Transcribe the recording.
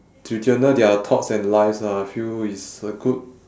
to journal their thoughts and lives lah I feel it's a good